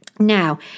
Now